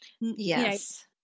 Yes